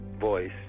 voice